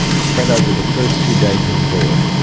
spread over the first two days on board,